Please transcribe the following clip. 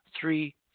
three